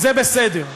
זה בסדר,